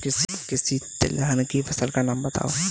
किसी तिलहन फसल का नाम बताओ